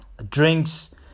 drinks